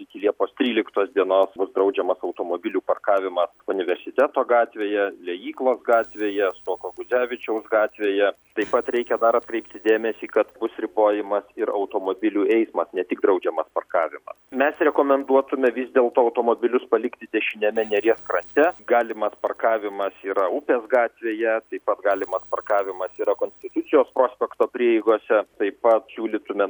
iki liepos tryliktos dienos bus draudžiamas automobilių parkavimą universiteto gatvėje liejyklos gatvėje stuoko gucevičiaus gatvėje taip pat reikia dar atkreipti dėmesį kad bus ribojimas ir automobilių eismas ne tik draudžiamas parkavimas mes rekomenduotume vis dėlto automobilius palikti dešiniame neries krante galimas parkavimas yra upės gatvėje taip pat galimas parkavimas yra konstitucijos prospekto prieigose taip pat siūlytume